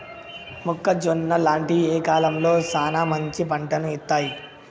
మొక్కజొన్న లాంటివి ఏ కాలంలో సానా మంచి పంటను ఇత్తయ్?